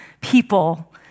people